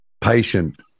patient